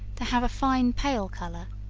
to have a fine pale color,